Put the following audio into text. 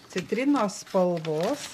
citrinos spalvos